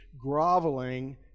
groveling